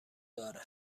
داره